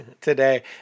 today